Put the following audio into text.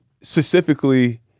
specifically